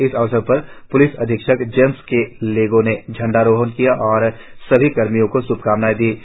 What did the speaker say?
इस अवसर पर पुलिस अधीक्षक जेम्स के लेगो ने झंडा रोहण किया और सभी कर्मियो को शुभकामनाए दी है